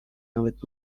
nawet